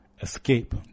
Escape